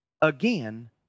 again